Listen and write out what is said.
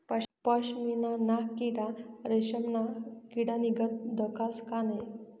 पशमीना ना किडा रेशमना किडानीगत दखास का नै